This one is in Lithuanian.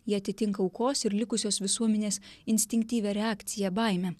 ji atitinka aukos ir likusios visuomenės instinktyvią reakciją baimę